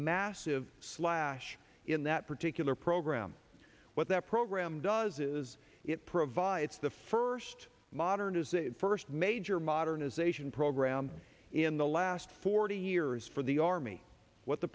massive slash in that particular program what that program does is it provides the first modern is the first major modernization program in the last forty years for the army what the